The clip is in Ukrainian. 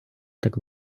так